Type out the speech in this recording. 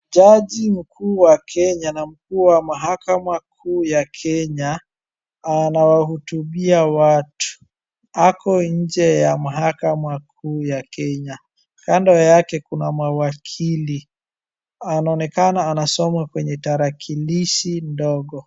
Jaji mkuu wa Kenya na mkuu wa mahakama kuu ya Kenya anawahutubia watu. Ako nje ya mahakama kuu ya Kenya. Kando yake kuna mawakili. Anaonekana anasoma kwenye tarakilishi ndogo.